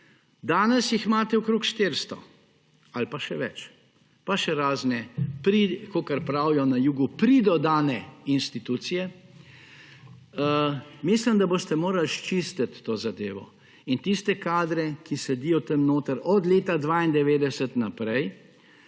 Danes jih imate okrog 400 ali pa še več, pa še razne pri …, kakor pravijo na jugu, pridodane institucije. Mislim, da boste morali sčistiti to zadevo in tiste kadre, ki sedijo tam notri od leta 1992 naprej,